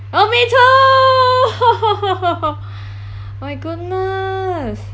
oh me too oh my goodness